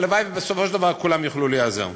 והלוואי שבסופו של דבר כולם יוכלו לאזן.